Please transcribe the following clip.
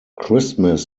christmas